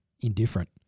indifferent